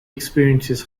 experiences